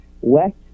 West